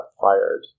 fired